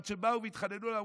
עד שבאו והתחננו אליו,